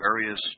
various